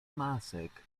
masek